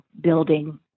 building